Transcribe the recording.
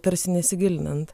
tarsi nesigilinant